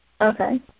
Okay